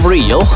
Real